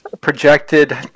projected